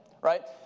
right